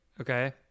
Okay